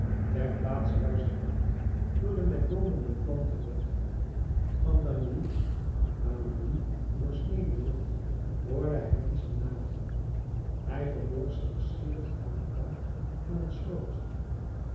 ter plaatse waar zijn pad door den met boomen beplanten weg van gagny naar lagny doorsneden wordt hoorde hij menschen naderen hij verborg zich schielijk aan den kant van een sloot